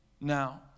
now